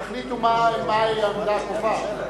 תחליטו מה העמדה הקובעת.